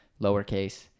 lowercase